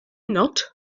not